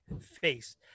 face